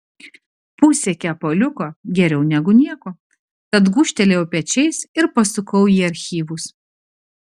pusė kepaliuko geriau negu nieko tad gūžtelėjau pečiais ir pasukau į archyvus